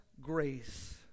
grace